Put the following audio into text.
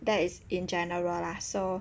that is in general lah so